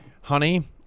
Honey